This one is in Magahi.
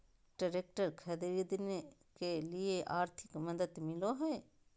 ट्रैक्टर खरीदे के लिए आर्थिक मदद मिलो है?